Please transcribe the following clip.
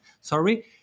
sorry